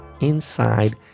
inside